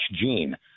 gene